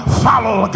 follow